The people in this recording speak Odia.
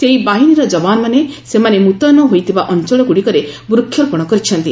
ସେହି ବାହିନୀର ଯବାନମାନେ ସେମାନେ ମୁତୟନ ହୋଇଥିବା ଅଞ୍ଚଳଗୁଡ଼ିକରେ ବୃକ୍ଷରୋପଣ କରିଛନ୍ତି